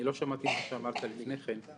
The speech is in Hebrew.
אני לא שמעתי מה שאמרת לפני כן,